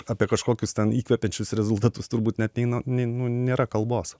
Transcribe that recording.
apie kažkokius ten įkvepiančius rezultatus turbūt net neina nei nu nėra kalbos